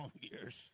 years